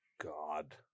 God